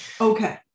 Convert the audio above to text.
Okay